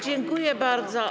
Dziękuję bardzo.